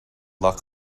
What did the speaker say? luck